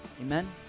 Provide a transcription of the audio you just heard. amen